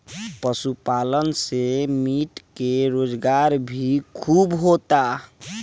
पशुपालन से मीट के रोजगार भी खूब होता